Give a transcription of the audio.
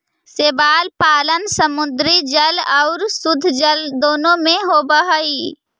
शैवाल पालन समुद्री जल आउ शुद्धजल दोनों में होब हई